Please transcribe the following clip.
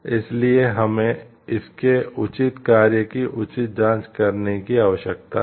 इसलिए हमें इसके उचित कार्य की उचित जांच करने की आवश्यकता है